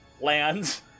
lands